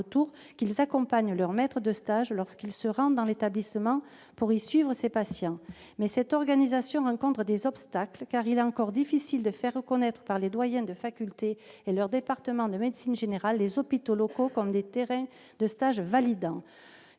retour qu'ils accompagnent leur maître de stage lorsque celui-ci se rend dans l'établissement pour y suivre ses patients. Toutefois, cette organisation rencontre des obstacles, car il est encore difficile de faire reconnaître aux doyens des facultés et à leur département de médecine générale que les hôpitaux locaux puissent devenir des terrains de stage « validant